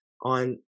on